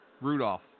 Rudolph